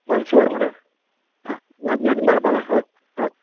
बरें शुअर मरें आ यादिन यादिन धाडपाक लाय हय